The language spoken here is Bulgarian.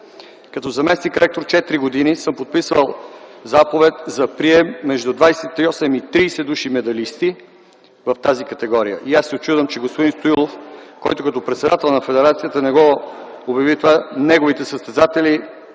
Като заместник-ректор – 4 години, аз съм подписал заповед за прием между 28 и 30 души медалисти в тази категория. Аз се учудвам, че господин Стоилов, който като председател на федерацията не обяви това